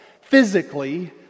physically